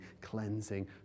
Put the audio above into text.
cleansing